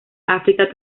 áfrica